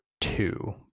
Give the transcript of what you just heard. two